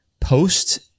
post